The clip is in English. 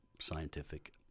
scientific